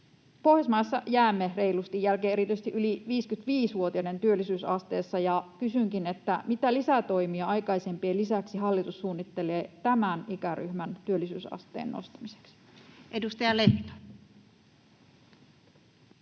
Pohjoismaissa jäämme reilusti jälkeen erityisesti yli 55-vuotiaiden työllisyysasteessa. Kysynkin: mitä lisätoimia aikaisempien lisäksi hallitus suunnittelee tämän ikäryhmän työllisyysasteen nostamiseksi? [Speech